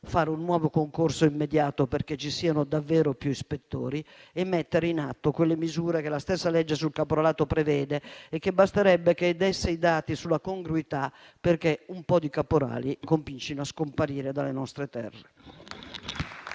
fare un nuovo concorso immediato perché ci siano davvero più ispettori e - dall'altro - mettere in atto le misure che la stessa legge sul caporalato prevede. Basterebbe che si dessero i dati sulla congruità perché un po' di caporali cominciassero a scomparire dalle nostre terre.